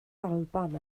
alban